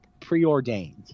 Preordained